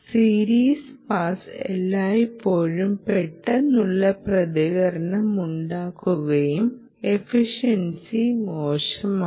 series പാസിന് എല്ലായ്പ്പോഴും പെട്ടെന്നുള്ള പ്രതികരണമുണ്ടെങ്കിലും എഫിഷൻസി മോശമാണ്